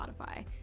Spotify